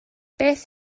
beth